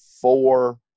four –